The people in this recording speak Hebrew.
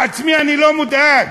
מעצמי אני לא מודאג.